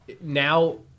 now